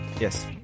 yes